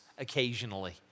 occasionally